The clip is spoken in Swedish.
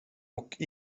och